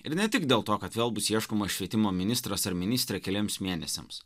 ir ne tik dėl to kad vėl bus ieškomas švietimo ministras ar ministrė keliems mėnesiams